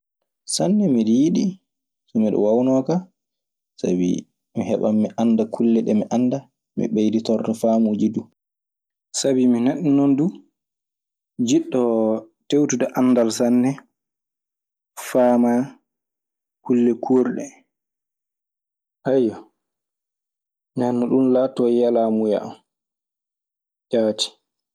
Sanne, miɗe yiɗi so miɗe waawunoo ka sabi mi heɓan mi annda kulle ɗe mi anndaa mi ɓeyditorto faamuuji du. Sabi mi neɗɗo duu jiɗɗoo tewtude anndal sanne faama kulle kurɗe. Ndennon ɗun laatoto yelaamuya ana, jaati.